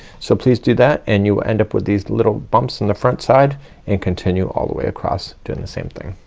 so please do that and you will end up with these little bumps in the front side and continue all the way across doing the same thing.